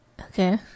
okay